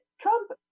Trump